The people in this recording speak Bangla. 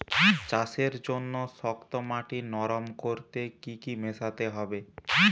চাষের জন্য শক্ত মাটি নরম করতে কি কি মেশাতে হবে?